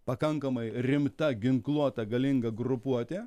pakankamai rimta ginkluota galinga grupuotė